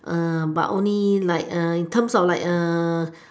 but only like in terms of like